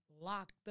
locked